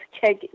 check